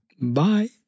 Bye